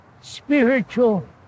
spiritual